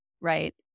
right